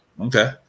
Okay